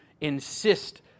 insist